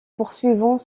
poursuivant